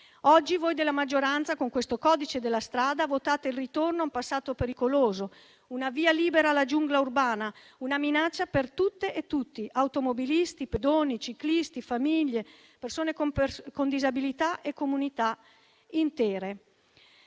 Oggi, voi della maggioranza, con questo codice della strada votate il ritorno a un passato pericoloso, un via libera alla giungla urbana, una minaccia per tutte e tutti: automobilisti, pedoni, ciclisti, famiglie, persone con disabilità e comunità intere.